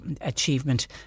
achievement